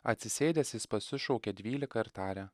atsisėdęs jis pasišaukė dvylika ir tarė